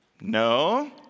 No